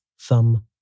Thumb